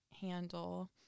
handle